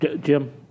Jim